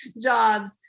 jobs